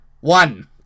one